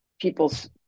people's